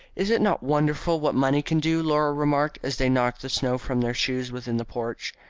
is it not wonderful what money can do? laura remarked, as they knocked the snow from their shoes within the porch.